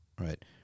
Right